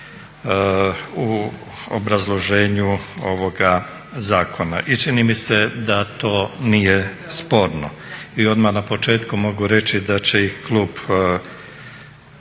u obrazloženju ovoga zakona. I čini mi se da to nije sporno. I odmah na početku mogu reći da će ih klub